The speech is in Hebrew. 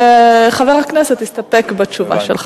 חבר הכנסת הסתפק בתשובה שלך.